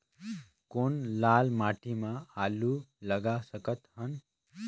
कौन लाल माटी म आलू लगा सकत हन?